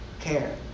care